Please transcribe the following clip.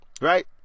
right